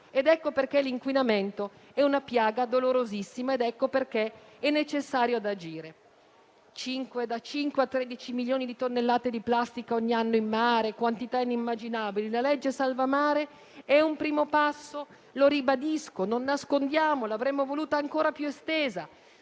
Ecco perché l'inquinamento è una piaga dolorosissima ed ecco perché è necessario agire. Da 5 a 13 milioni di tonnellate di plastica ogni anno in mare, quantità inimmaginabili. Il disegno di legge salva mare è un primo passo, lo ribadisco. Non nascondiamo che l'avremmo voluto ancora più esteso,